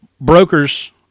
Brokers